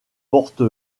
porte